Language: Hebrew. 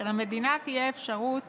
שלמדינה תהיה אפשרות